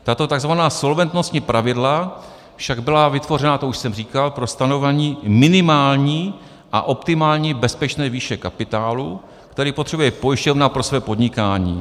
Tato tzv. solventnostní pravidla však byla vytvořena, to už jsem říkal, pro stanovení minimální a optimální bezpečné výše kapitálu, který potřebuje pojišťovna pro své podnikání.